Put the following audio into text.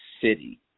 City